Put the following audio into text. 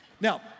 Now